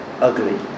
Ugly